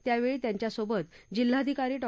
यावेळी त्यांच्या सोबत जिल्हाधिकारी डॉ